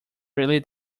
really